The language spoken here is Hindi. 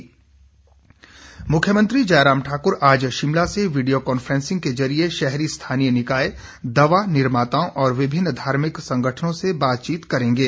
मुख्यमंत्री मुख्यमंत्री जयराम ठाकुर आज शिमला से वीडियो कॉन्फ्रेंसिंग के जरिए शहरी स्थानीय निकाय दवा निर्माताओं और विभिन्न धार्मिक संगठनों से बातचीत करेंगे